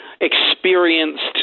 experienced